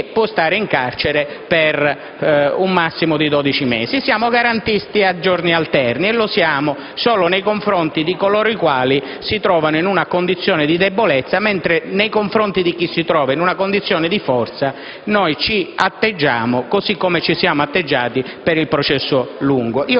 che può stare in carcere per un massimo di 12 mesi. Siamo garantisti a giorni alterni e lo siamo solo nei confronti di coloro i quali si trovano in una condizione di debolezza, mentre nei riguardi di chi si trova in una condizione di forza ci atteggiamo così come abbiamo fatto con il "processo lungo".